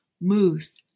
moose